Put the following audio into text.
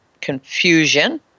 confusion